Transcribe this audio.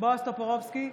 בועז טופורובסקי,